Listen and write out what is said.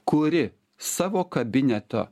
kuri savo kabineto